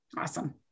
Awesome